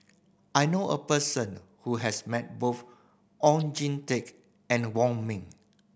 I know a person who has met both Oon Jin Teik and Wong Ming